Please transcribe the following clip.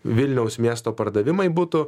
vilniaus miesto pardavimai būtų